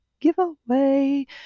giveaway